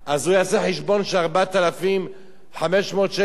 אז הוא יעשה חשבון ש-4,500 שקל,